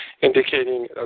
indicating